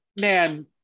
man